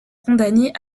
condamnés